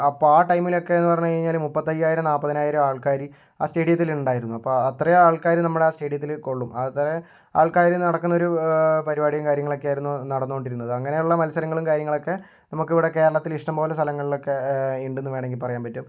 അപ്പോൾ ആ ടൈമിലൊക്കെയെന്ന് പറഞ്ഞു കഴിഞ്ഞാൽ മുപ്പത്തയ്യായിരം നാൽപ്പതിനായിരം ആൾക്കാര് ആ സ്റ്റേഡിയത്തിൽ ഉണ്ടായിരുന്നു അപ്പോൾ അത്രയും ആൾക്കാർ നമ്മുടെ ആ സ്റ്റേഡിയത്തിൽ കൊള്ളും അത്രയും ആൾക്കാരെ നടക്കുന്നൊരു പരിപാടിയും കാര്യങ്ങളൊക്കെ ആയിരുന്നു നടന്നുകൊണ്ടിരുന്നത് അങ്ങനെയുള്ള മത്സരങ്ങളും കാര്യങ്ങളൊക്കെ നമുക്കിവിടെ കേരളത്തില് ഇഷ്ടം പോലെ സ്ഥലങ്ങളിലൊക്കെ ഇണ്ടെന്ന് വേണെങ്കി പറയാൻ പറ്റും